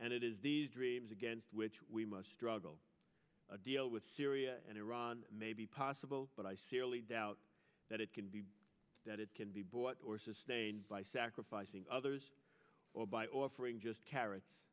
and it is these dreams against which we must struggle a deal with syria and iran may be possible but i seriously doubt that it can be that it can be bought or sustained by sacrificing others or by offering just carrots